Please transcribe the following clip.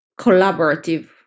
collaborative